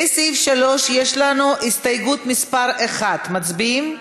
לסעיף 3 יש לנו הסתייגות מס' 1, מצביעים.